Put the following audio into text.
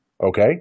Okay